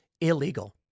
illegal